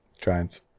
Giants